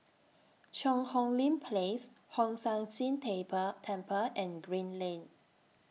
Cheang Hong Lim Place Hong San See table Temple and Green Lane